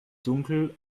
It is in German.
dunkel